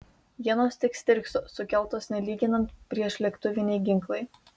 ienos tik stirkso sukeltos nelyginant priešlėktuviniai ginklai